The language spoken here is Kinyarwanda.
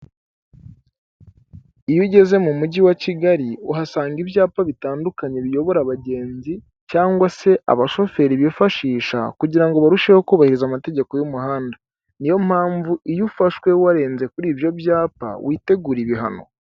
Iyo ugeze mu mujyi wa kigali, uhasanga ibyapa bitandukanye biyobora abagenzi, cyangwa se abashoferi bifashisha kugirango barusheho kubahiriza amategeko y'umuhanda. Niyo mpamvu iyo ufashwe warenze kuri ibyo byapa witegura ibihano.